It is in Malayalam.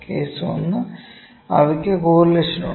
കേസ് 1 അവയ്ക്ക് കോറിലേഷൻ ഉണ്ട്